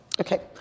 Okay